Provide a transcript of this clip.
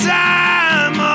time